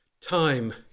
Time